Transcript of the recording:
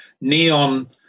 neon